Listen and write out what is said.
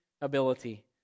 ability